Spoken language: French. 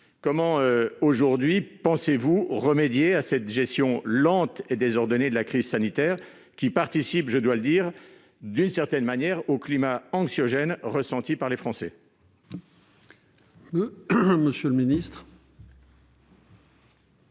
aujourd'hui remédier à cette gestion lente et désordonnée de la crise sanitaire, qui participe d'une certaine manière au climat anxiogène ressenti par les Français ?